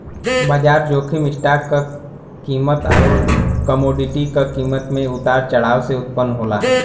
बाजार जोखिम स्टॉक क कीमत आउर कमोडिटी क कीमत में उतार चढ़ाव से उत्पन्न होला